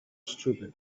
stupid